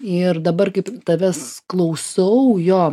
ir dabar kaip tavęs klausau jo